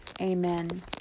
Amen